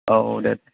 औ औ दे